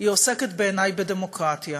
היא עוסקת, בעיני, בדמוקרטיה.